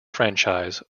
franchise